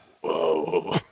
whoa